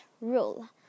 rule